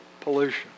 pollution